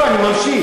נא לסיים, אדוני.